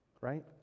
right